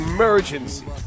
Emergency